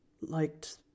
liked